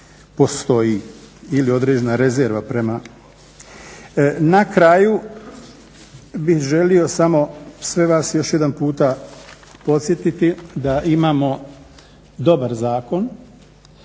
postoji ili određena rezerva prema. Na kraju bih želio samo sve vas još jedan puta podsjetiti da imamo dobar zakon